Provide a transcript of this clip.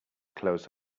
close